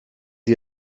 sie